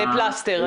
זה פלסטר,